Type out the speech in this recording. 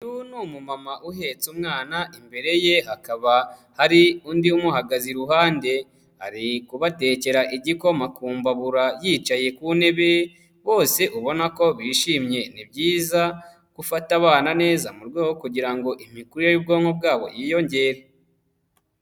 Uyu ni umumama uhetse umwana imbere ye hakaba hari undi umuhagaze iruhande, ari kubatekera igikoma ku mbabura yicaye ku ntebe, bose ubona ko bishimye, ni byiza gufata abana neza mu rwego kugira imikurire y'ubwonko bwabo yiyongere.